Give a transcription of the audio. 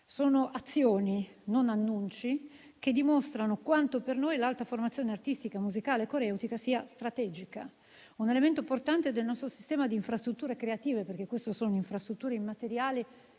Sono azioni, non annunci, che dimostrano quanto per noi l'alta formazione artistica, musicale e coreutica sia strategica, un elemento portante del nostro sistema di infrastrutture creative, perché queste sono infrastrutture immateriali